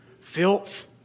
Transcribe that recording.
filth